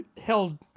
held